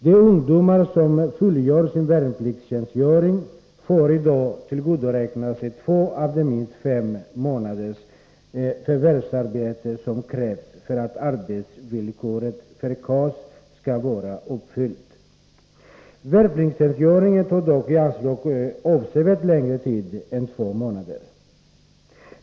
De ungdomar som fullgör sin värnpliktstjänstgöring får i dag tillgodoräkna sig två av de minst fem månaders förvärvsarbete som krävs för att arbetsvillkoret för KAS skall vara uppfyllt. Värnpliktstjänstgöringen tar dock i anspråk avsevärt längre tid än två månader.